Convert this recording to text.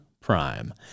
prime